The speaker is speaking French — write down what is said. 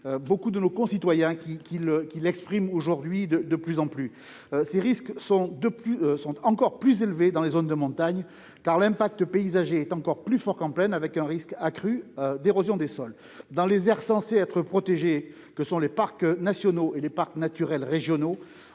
beaucoup de nos concitoyens exprimaient leur émotion devant ces coupes rases. Ces risques sont encore plus élevés dans les zones de montagne, car l'impact paysager est plus fort qu'en plaine, avec un risque accru d'érosion des sols. Dans les aires censées être protégées que sont les parcs nationaux et les parcs naturels régionaux,